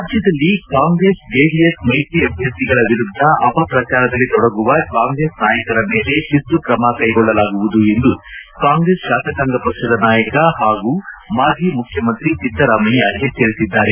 ರಾಜ್ಞದಲ್ಲಿ ಕಾಂಗ್ರೆಸ್ ಜೆಡಿಎಸ್ ಮೈತ್ರಿ ಅಭ್ವರ್ಥಿಗಳ ವಿರುದ್ದ ಅಪಪ್ರಚಾರದಲ್ಲಿ ತೊಡಗುವ ಕಾಂಗ್ರೆಸ್ ನಾಯಕರ ಮೇಲೆ ಶಿಸ್ತುಕ್ರಮ ಕೈಗೊಳ್ಳಲಾಗುವುದು ಎಂದು ಕಾಂಗ್ರೆಸ್ ತಾಸಕಾಂಗ ಪಕ್ಷದ ನಾಯಕ ಹಾಗೂ ಮಾಜಿ ಮುಖ್ಯಮಂತ್ರಿ ಸಿದ್ದರಾಮಯ್ಯ ಎಚ್ಚರಿಸಿದ್ದಾರೆ